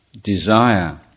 desire